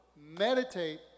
Meditate